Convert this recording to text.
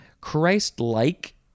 Christlike